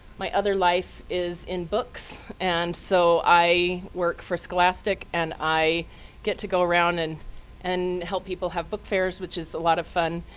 my other life is in books, and so i work for scholastic. and i get to go around and and help people have book fairs, which is a lot of fun.